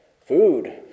Food